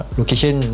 location